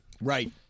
Right